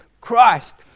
Christ